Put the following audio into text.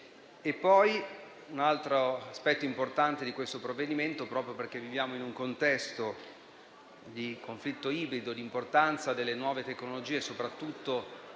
Un altro aspetto importante di questo provvedimento, proprio perché viviamo in un contesto di conflitto ibrido di importanza delle nuove tecnologie, soprattutto